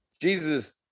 Jesus